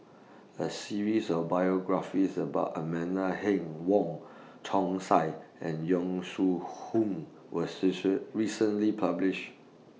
A series of biographies about Amanda Heng Wong Chong Sai and Yong Shu Hoong was recently published